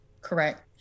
Correct